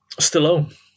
stallone